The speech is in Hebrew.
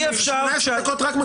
אני רק מקשיב.